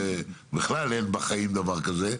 אין בחיים בכלל דבר כזה.